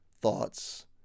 thoughts